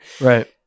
Right